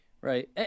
Right